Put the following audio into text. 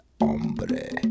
hombre